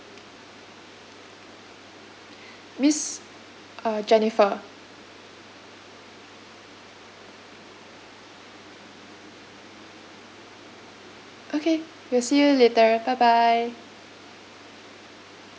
miss uh jennifer okay we'll see you later bye bye